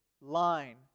line